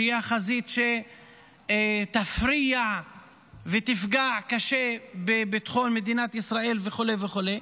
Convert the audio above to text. שהיא החזית שתפריע ותפגע קשה בביטחון מדינת ישראל וכו' וכו',